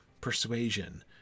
persuasion